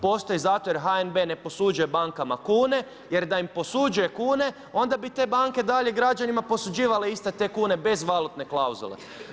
Postoji zato jer HNB ne posuđuje bankama kune, jer da im posuđuje kune onda bi te banke dalje građanima posuđivale iste te kune bez valutne klauzule.